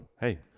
hey